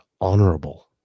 honorable